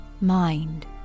mind